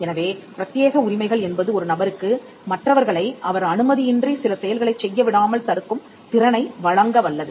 எனவே பிரத்தியேகப் உரிமைகள் என்பது ஒரு நபருக்கு மற்றவர்களை அவர் அனுமதியின்றி சில செயல்களைச் செய்ய விடாமல் தடுக்கும் திறனை வழங்கவல்லது